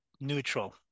neutral